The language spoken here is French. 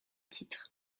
titre